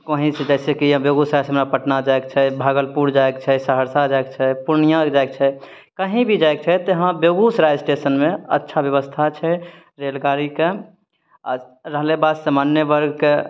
ओहीँसऽ जाइ छै की अब बेगुसरायसे हमरा पटना जाइक छै भागलपुर जाइक छै सहरसा जाइक छै पूर्णियाँ जाइक छै कहीँ भी जाइक छै तऽ एहाँ बेगुसराय स्टेशनमे अच्छा ब्यवस्था छै रेलगाड़ीके आ रहलै बात सामान्य वर्गके